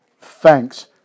thanks